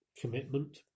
commitment